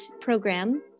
program